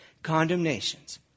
condemnations